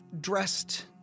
dressed